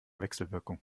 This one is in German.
wechselwirkung